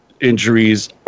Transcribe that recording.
injuries